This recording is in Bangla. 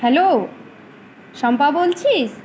হ্যালো শম্পা বলছিস